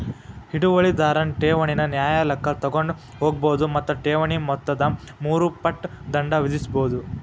ಹಿಡುವಳಿದಾರನ್ ಠೇವಣಿನ ನ್ಯಾಯಾಲಯಕ್ಕ ತಗೊಂಡ್ ಹೋಗ್ಬೋದು ಮತ್ತ ಠೇವಣಿ ಮೊತ್ತದ ಮೂರು ಪಟ್ ದಂಡ ವಿಧಿಸ್ಬಹುದು